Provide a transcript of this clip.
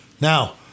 Now